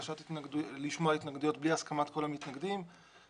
לשמוע התנגדויות בלי הסכמת כל המתנגדים,